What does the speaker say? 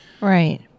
Right